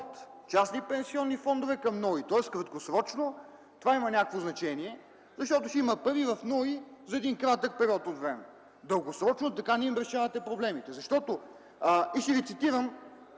от частни пенсионни фондове към НОИ. Краткосрочно това има някакво значение, в смисъл, ако има пари в НОИ за един кратък период от време, но дългосрочно така не им решавате проблемите. Искам да цитирам